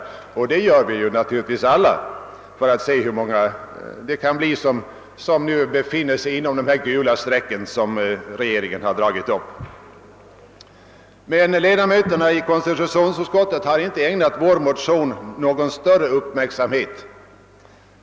Vi är naturligtvis alla mycket intresserade av att se hur många det kan vara som befinner sig inom de gula streck som regeringen dragit upp. Ledamöterna av konstitutionsutskottet har tydligen inte ägnat vår motion någon större uppmärksamhet.